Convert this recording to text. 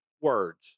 words